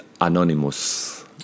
Anonymous